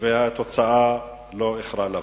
והתוצאה לא איחרה לבוא.